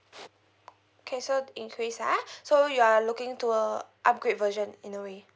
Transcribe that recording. okay so increase ah so you are looking to uh upgrade version in a way